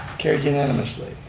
carried unanimously.